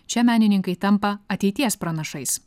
čia menininkai tampa ateities pranašais